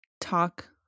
talk